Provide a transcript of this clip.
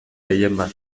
gehienbat